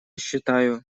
считаю